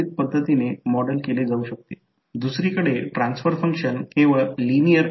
तर ते काय करू शकतो v i1 हे काय असेल शोधण्याचा प्रयत्न करा v r i1 काय असेल